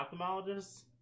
ophthalmologist